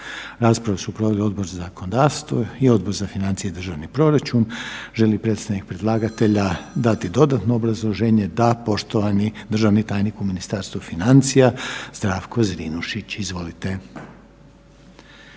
Raspravu su proveli Odbor za zakonodavstvo i Odbor za financije i državni proračun. Želi li predstavnik predlagatelja dati dodatno obrazloženje? Da, poštovani državni tajnik u Ministarstvu financija, Zdravko Zrinušić, izvolite.